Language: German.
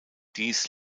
dies